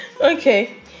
Okay